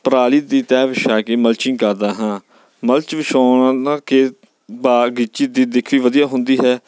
ਪਰਾਲੀ ਦੀ ਤਹਿ ਵਿਛਾ ਕੇ ਮਲਚਿੰਗ ਕਰਦਾ ਹਾਂ ਮਲਚ ਵਿਛਾਉਣ ਨਾਲ ਕਿ ਬਗੀਚੀ ਦੀ ਦਿੱਖ ਵੀ ਵਧੀਆ ਹੁੰਦੀ ਹੈ